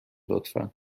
لطفا